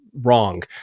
wrong